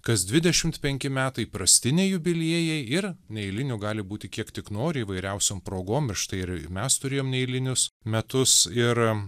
kas dvidešimt penki metai įprastiniai jubiliejai ir neeilinių gali būti kiek tik nori įvairiausiom progom ir štai ir mes turėjom neeilinius metus ir